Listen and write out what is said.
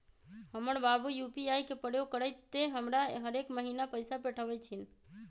हमर बाबू यू.पी.आई के प्रयोग करइते हमरा हरेक महिन्ना पैइसा पेठबइ छिन्ह